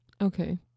Okay